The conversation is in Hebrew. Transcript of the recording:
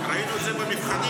ראינו את זה במבחנים.